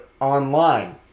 online